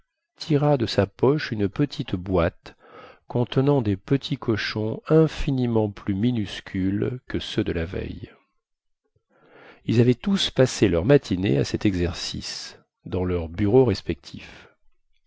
tira de sa poche une petite boîte contenant des petits cochons infiniment plus minuscules que ceux de la veille ils avaient tous passé leur matinée à cet exercice dans leurs bureaux respectifs